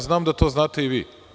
Znam da to znate i vi.